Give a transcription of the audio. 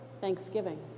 thanksgiving